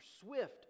swift